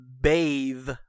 bathe